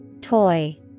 Toy